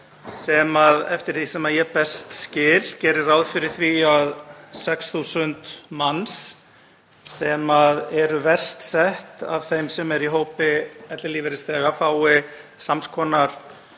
sem, eftir því sem ég best skil, gerir ráð fyrir því að 6.000 manns, sem verst eru settir af þeim sem eru í hópi ellilífeyrisþega, fái sams konar